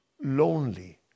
lonely